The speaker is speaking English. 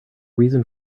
reason